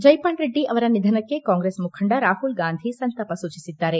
ಜೈಪಾಲ್ ರೆಡ್ಡಿ ಅವರ ನಿಧನಕ್ಕೆ ಕಾಂಗ್ರೆಸ್ ಮುಖಂಡ ಕಾಹುಲ್ ಗಾಂಧಿ ಸಂತಾಪ ಸೂಚಿಸಿದ್ದಾರೆ